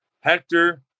Hector